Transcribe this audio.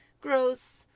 growth